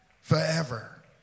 forever